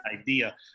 idea